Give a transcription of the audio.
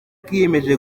kiyemeje